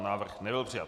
Návrh nebyl přijat.